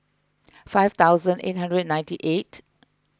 five thousand eight hundred and ninety eight